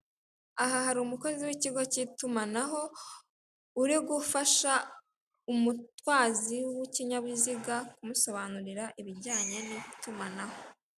Aha hari umukozi w'ikigo cy'itumanaho, uri gufasha umutwazi w'ikinyabiziga kumusobanurira ibijyanye n'itumanaho.